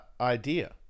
idea